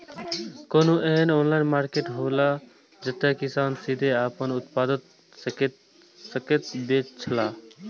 कोनो एहन online market हौला जते किसान सीधे आपन उत्पाद बेच सकेत छला?